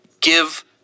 give